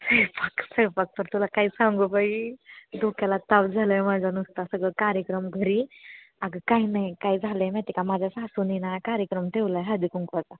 स्वयंपाक स्वयंपाकाचं तुला काय सांगू बाई डोक्याला ताप झाला आहे माझ्या नुसता सगळं कार्यक्रम घरी अगं काय नाही काय झालं आहे माहिती आहे का माझ्या सासूनं हे कार्यक्रम ठेवला आहे हळदीकुंकवाचा